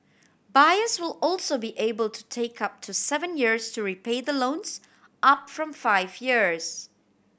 buyers will also be able to take up to seven years to repay the loans up from five years